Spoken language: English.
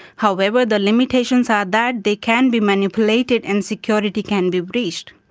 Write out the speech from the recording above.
however, the limitations are that they can be manipulated and security can be breached.